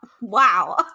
Wow